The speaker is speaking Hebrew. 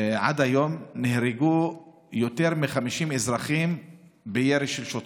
עד היום נהרגו יותר מ-50 אזרחים מירי של שוטרים,